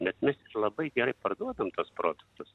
nes mes labai gerai parduodam tuos produktus